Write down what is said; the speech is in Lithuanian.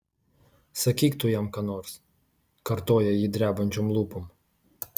sakyk tu jam ką nors kartoja ji drebančiom lūpom